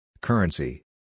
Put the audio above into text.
Currency